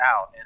out